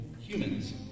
humans